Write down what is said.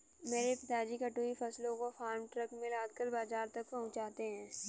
मेरे पिताजी कटी हुई फसलों को फार्म ट्रक में लादकर बाजार तक पहुंचाते हैं